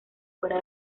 fuera